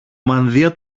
μανδύα